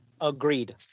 Agreed